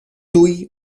tuj